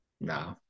No